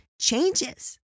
changes